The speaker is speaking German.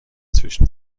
zwischen